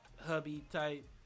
hubby-type